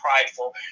prideful